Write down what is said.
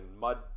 mud